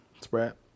Sprat